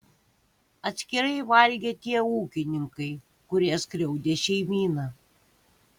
atskirai valgė tie ūkininkai kurie skriaudė šeimyną